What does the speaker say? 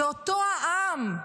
שאותו העם,